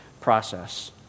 process